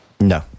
No